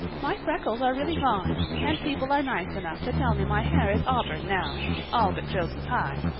my freckles are really gone and people are nice enough to tell me my hair is auburn now all but josie pye.